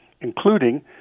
including